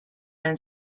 then